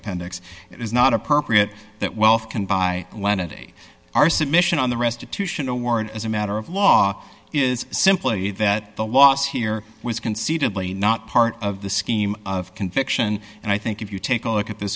appendix it is not appropriate that wealth can buy lenity our submission on the restitution award as a matter of law is simply that the loss here was concededly not part of the scheme of conviction and i think if you take a look at th